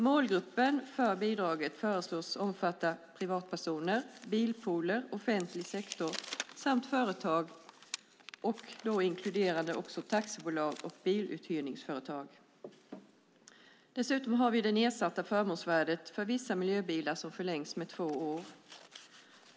Målgruppen för bidraget föreslås omfatta privatpersoner, bilpooler, offentlig sektor samt företag, inklusive taxibolag och biluthyrningsföretag. Dessutom har vi det nedsatta förmånsvärdet för vissa miljöbilar som förlängs med två år.